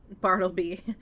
Bartleby